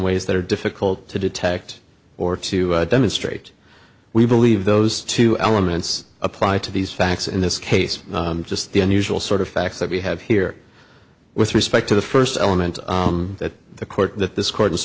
ways that are difficult to detect or to demonstrate we believe those two elements apply to these facts in this case just the unusual sort of facts that we have here with respect to the first element that the court that this co